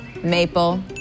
maple